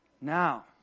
Now